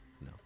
No